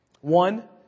One